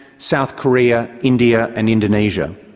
south korea, india and indonesia,